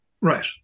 Right